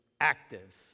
active